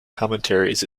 commentaries